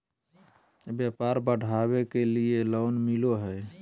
व्यापार बढ़ावे के लिए लोन मिलो है?